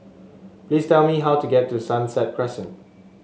please tell me how to get to Sunset Crescent